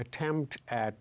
attempt at